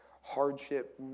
hardship